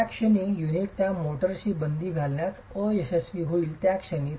ज्या क्षणी युनिट त्या मोर्टारशी बंदी घालण्यात अयशस्वी होईल त्या क्षणी